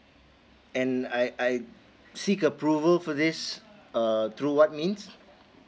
and I I seek approval for this err through what means